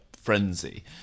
Frenzy